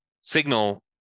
signal